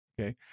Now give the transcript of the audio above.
Okay